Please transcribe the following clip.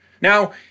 Now